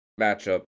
matchup